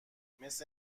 مثه